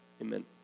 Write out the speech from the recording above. Amen